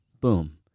boom